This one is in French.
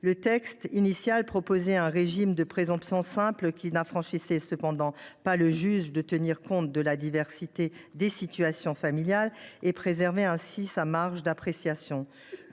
Le texte initial prévoyait un régime de présomption simple qui n’affranchissait cependant pas le juge de tenir compte de la diversité des situations familiales afin de préserver sa marge d’appréciation.